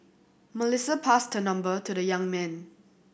Melissa passed her number to the young man